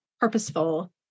purposeful